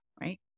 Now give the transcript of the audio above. Right